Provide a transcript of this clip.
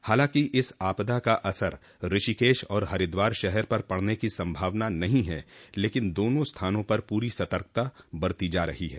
हालांकि इस आपदा का असर ऋषिकेश और हरिद्वार शहर पर पड़ने की संभावना नहीं है लेकिन दोनों स्थानों पर पूरी सतर्कता बरती जा रही है